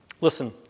Listen